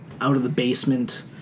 out-of-the-basement